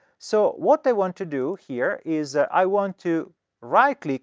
so, what i want to do here is, ah i want to right-click